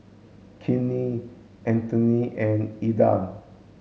Kinte Antone and Ilda